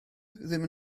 ddim